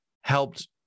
helped